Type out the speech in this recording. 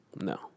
no